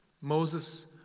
Moses